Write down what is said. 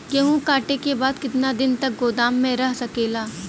गेहूँ कांटे के बाद कितना दिन तक गोदाम में रह सकेला?